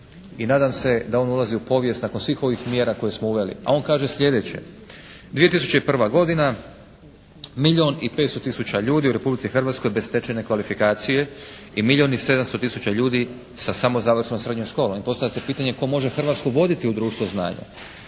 i nadam se da on ulazi u povijest nakon svih ovih mjera koje smo uveli. A on kaže sljedeće: 2001. godina, milijun i 500 tisuća ljudi u Republici Hrvatskoj bez stečene kvalifikacije i milijun i 700 tisuća ljudi sa samo završenom srednjom školom. I postavlja se pitanje tko može Hrvatsku voditi u društvo znanja?